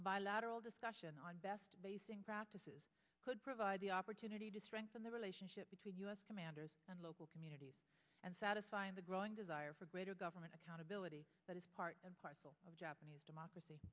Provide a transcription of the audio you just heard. bilateral discussion on best practices could provide the opportunity to strengthen the relationship between u s commanders and local communities and satisfy the growing desire for greater government accountability that is part and parcel of japanese democracy